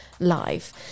live